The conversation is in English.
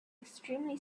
extremely